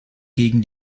gegen